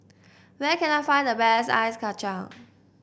where can I find the best Ice Kachang